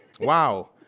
wow